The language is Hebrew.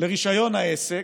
לרישיון העסק.